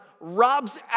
robs